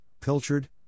pilchard